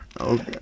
Okay